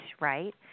right